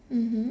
mmhmm